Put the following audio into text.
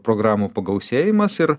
programų pagausėjimas ir